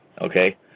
okay